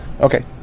Okay